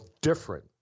different